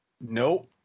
Nope